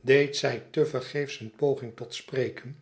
deed zij te vergeefs een poging tot spreken